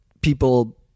people